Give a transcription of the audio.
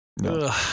No